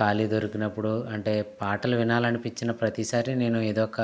ఖాళీ దొరికినప్పుడు అంటే పాటలు వినాలనిపించిన ప్రతిసారి నేను ఏదో ఒక